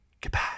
goodbye